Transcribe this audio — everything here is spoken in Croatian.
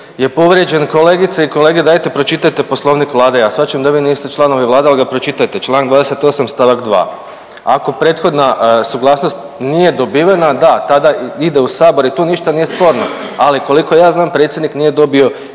je povrijeđen. Kolegice i kolege dajte pročitajte Poslovnik Vlade. Ja shvaćam da vi niste članovi Vlade ali ga pročitajte. Članak 28. stavak 2., ako prethodna suglasnost nije dobivena da tada i ide u sabor i tu ništa nije sporno, ali koliko ja znam predsjednik nije dobio